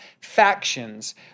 factions